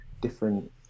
different